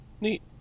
Neat